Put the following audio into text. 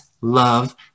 love